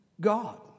God